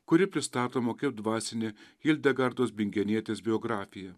kuri pristatoma kaip dvasinė hildegardos bingenietės biografija